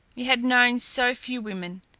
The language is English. he had known so few women,